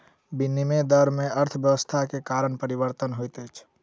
विनिमय दर में अर्थव्यवस्था के कारण परिवर्तन होइत अछि